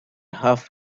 half